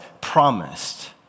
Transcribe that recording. promised